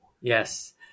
Yes